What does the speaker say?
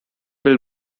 will